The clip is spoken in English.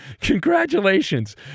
congratulations